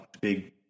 big